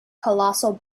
colossal